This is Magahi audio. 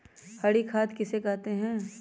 हरी खाद किसे कहते हैं?